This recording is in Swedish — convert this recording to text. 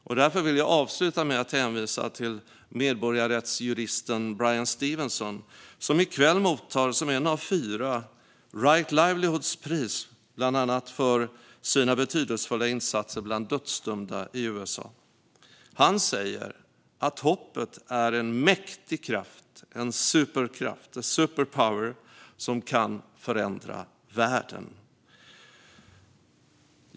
Jag vill därför avsluta med att hänvisa till medborgarrättsjuristen Bryan Stevenson, som i kväll, som en av fyra, tar emot Right Livelihood-priset, bland annat för sina betydelsefulla insatser bland dödsdömda i Kristdemokraterna. Han säger att hoppet är en mäktig kraft, a superpower, som kan förändra världen.